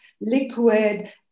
liquid